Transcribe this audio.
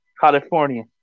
California